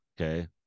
okay